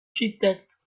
test